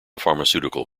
pharmaceutical